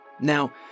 Now